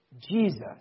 Jesus